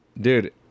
Dude